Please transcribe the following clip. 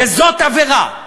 וזאת עבירה.